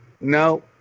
No